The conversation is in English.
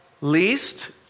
least